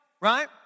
right